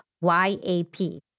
Y-A-P